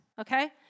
okay